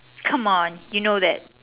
come on you know that